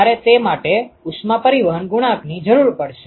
તમારે તે બધા માટે ઉષ્મા પરિવહન ગુણાંકની જરૂર પડશે